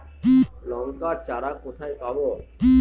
লঙ্কার চারা কোথায় পাবো?